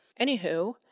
Anywho